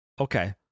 Okay